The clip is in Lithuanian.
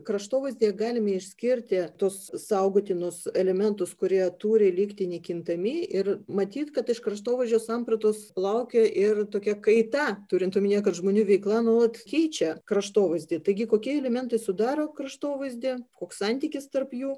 kraštovaizdyje galime išskirti tuos saugotinus elementus kurie turi likti nekintami ir matyt kad iš kraštovaizdžio sampratos laukia ir tokia kaita turint omenyje kad žmonių veikla nuolat keičia kraštovaizdį taigi kokie elementai sudaro kraštovaizdį koks santykis tarp jų